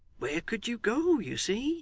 where could you go, you see